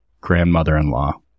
Grandmother-in-Law